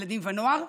ילדים ונוער,